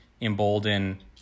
embolden